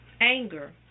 anger